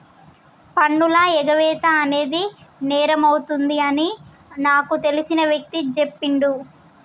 పన్నుల ఎగవేత అనేది నేరమవుతుంది అని నాకు తెలిసిన వ్యక్తి చెప్పిండు